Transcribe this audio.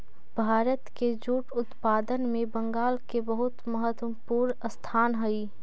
भारत के जूट उत्पादन में बंगाल के बहुत महत्त्वपूर्ण स्थान हई